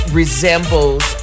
resembles